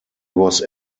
was